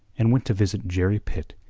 and went to visit jerry pitt,